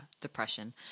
depression